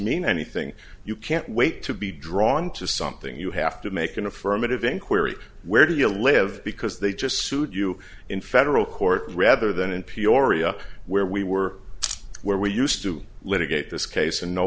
mean anything you can't wait to be drawn to something you have to make an affirmative inquiry where do you live because they just suit you in federal court rather than in peoria where we were where we used to litigate this case and no